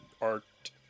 art